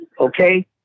Okay